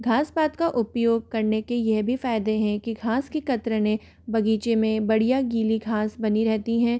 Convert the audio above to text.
घास पात का उपयोग करने के यह भी फायदें है कि घास की कतरने बगीचे में बढ़िया गीली घास बनी रहती है